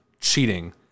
cheating